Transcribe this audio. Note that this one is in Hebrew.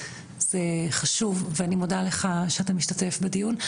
זה חשוב ואני מודה לך שאתה משתתף בדיון.